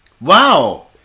Wow